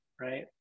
right